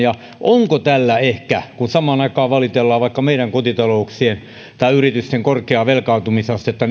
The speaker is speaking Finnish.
onko tällä ehkä joku yhteys kun samaan aikaan valitellaan vaikka meidän kotitalouksiemme tai yritystemme korkeaa velkaantumisastetta